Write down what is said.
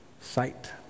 sight